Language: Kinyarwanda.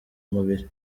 mubiri